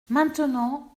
maintenant